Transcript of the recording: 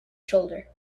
shoulder